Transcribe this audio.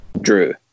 Drew